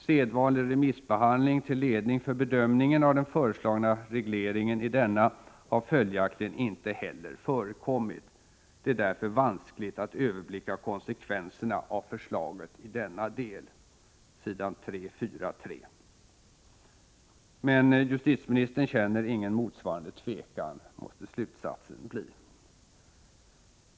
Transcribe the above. Sedvanlig remissbehandling till ledning för bedömningen av den föreslagna regleringen i denna del har följaktligen inte heller förekommit. Det är därför vanskligt att överblicka konsekvenserna av förslaget i denna del” . Men justitieministern känner ingen motsvarande tvekan, måste slutsatsen bli.